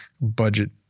budget